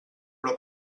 però